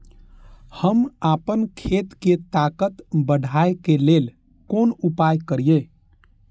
हम आपन खेत के ताकत बढ़ाय के लेल कोन उपाय करिए?